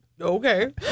Okay